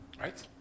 Right